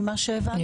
אני